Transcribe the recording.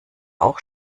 auch